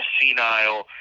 senile